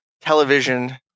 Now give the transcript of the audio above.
television